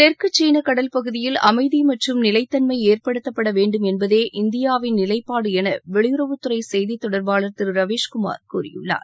தெற்கு சீனா கடல் பகுதியில் அமைதி மற்றும் நிலைத்தன்மை ஏற்படுத்தப்பட வேண்டுமென்பதே இந்தியாவின் நிலைப்பாடு என வெளியுறவுத் துறை செய்தி தொடர்பாளர் திரு ரவிஷ் குமார் கூறியுள்ளார்